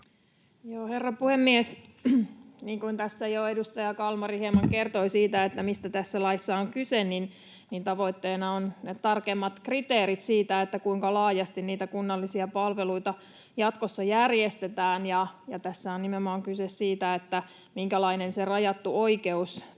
Herra puhemies! Niin kuin tässä jo edustaja Kalmari hieman kertoi siitä, mistä tässä laissa on kyse, niin tavoitteena on tarkemmat kriteerit siitä, kuinka laajasti niitä kunnallisia palveluita jatkossa järjestetään. Tässä on nimenomaan kyse siitä, minkälainen se rajattu oikeus tai